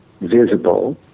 visible